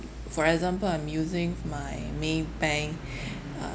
for example I'm using my Maybank uh